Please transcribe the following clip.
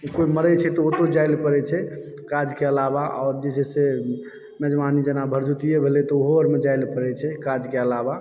कोई मरय छै तऽ ओतय जाइलऽ पड़ैत छै काजके अलावा आओर जे छै से मेजबानी जेना भरदुतिए भेलय तऽ ओहो आरमे जाए लऽ पड़ैत छै काजके अलावा